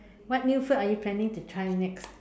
what new food are you planning to try next